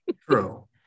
True